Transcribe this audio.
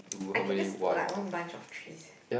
I can just put like one bunch of threes